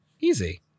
Easy